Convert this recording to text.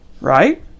right